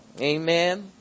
Amen